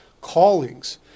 callings